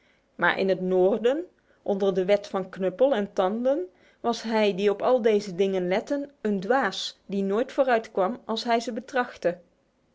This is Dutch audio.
maar in het noorden onder de wet van knuppel en tanden was hij die op al deze dingen lette een dwaas die nooit vooruitkwam als hij ze betrachtte